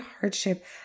hardship